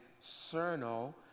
cerno